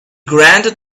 granted